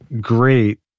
great